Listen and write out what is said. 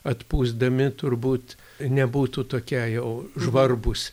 atpūsdami turbūt nebūtų tokie jau žvarbūs